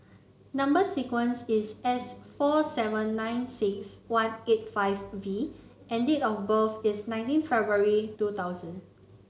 number sequence is S four seven nine six one eight five V and date of birth is nineteen February two thousand